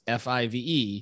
f-i-v-e